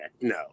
No